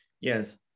Yes